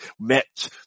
met